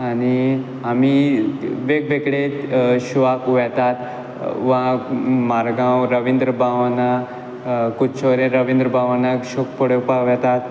आनी आमी वेग वेगळे शॉआक वेतात वा मारगांव रविन्द्र भवनां वा कुडचडे रविन्द्र भवनांत शॉ पळोवपाक वेतात